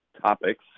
topics